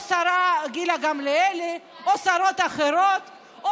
או את השרה גילה גמליאל או שרות אחרות,